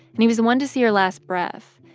and he was the one to see her last breath.